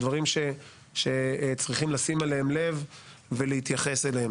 הדברים שצריכים לשים אליהם לב ולהתייחס אליהם.